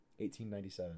1897